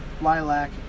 lilac